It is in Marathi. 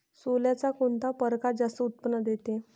सोल्याचा कोनता परकार जास्त उत्पन्न देते?